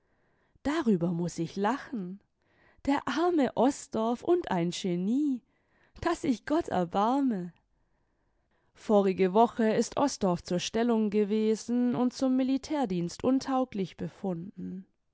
darüber muß ich lachen der arme osdorff und ein genie daß sich gott erbarme i vorige woche ist osdorff zur stellung gewesen und zum militärdienst imtauglich befunden